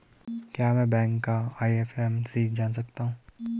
क्या मैं बैंक का आई.एफ.एम.सी जान सकता हूँ?